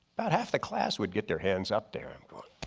about half the class would get their hands up there. i'm going.